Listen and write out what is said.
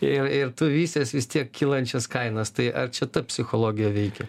ir ir tu vysies vis tiek kylančias kainas tai ar čia ta psichologija veikia